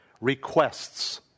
requests